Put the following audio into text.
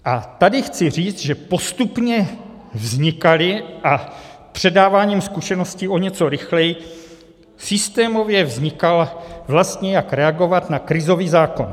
A tady chci říct, že postupně vznikaly a předáváním zkušeností o něco rychleji systémově vznikal, vlastně jak reagovat na krizový zákon.